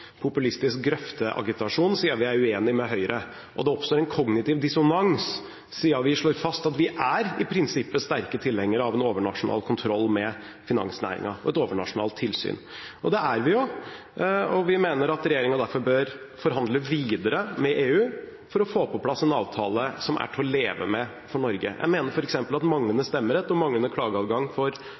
populistisk grøfteagitasjon, siden vi er uenig med Høyre, og det oppstår en kognitiv dissonans siden vi slår fast at vi i prinsippet er sterke tilhengere av en overnasjonal kontroll med finansnæringen og et overnasjonalt tilsyn. Det er vi jo, og vi mener at regjeringen derfor bør forhandle videre med EU for å få på plass en avtale som er til å leve med for Norge. Jeg mener f.eks. at manglende stemmerett og manglende klageadgang for